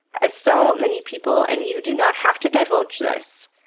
ah so many people, and you do not have to divulge this,